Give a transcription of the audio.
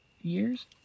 years